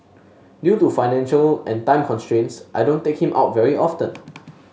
due to financial and time constraints I don't take him out very often